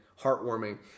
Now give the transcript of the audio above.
heartwarming